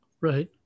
right